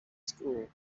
school